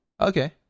Okay